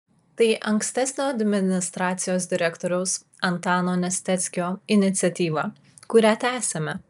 tai ankstesnio administracijos direktoriaus antano nesteckio iniciatyva kurią tęsiame